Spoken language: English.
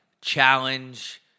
challenge